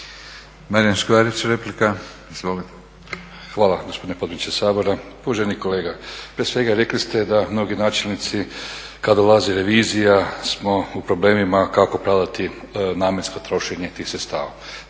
Marijan (HNS)** Hvala gospodine potpredsjedniče Sabora. Uvaženi kolega, prije svega rekli ste da mnogi načelnici kad dolazi revizija smo u problemima kako pravdati namjensko trošenje tih sredstava.